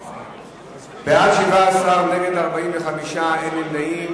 בעד, 17, נגד, 45, אין נמנעים.